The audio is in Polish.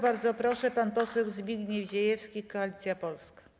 Bardzo proszę, pan poseł Zbigniew Ziejewski, Koalicja Polska.